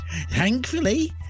Thankfully